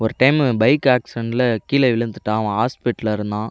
ஒரு time bike ஆக்சிடண்ட்டில் கீழே விழுந்துட்டான் அவன் ஹாஸ்பிட்டலில் இருந்தான்